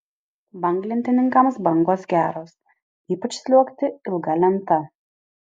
banglentininkams bangos geros ypač sliuogti ilga lenta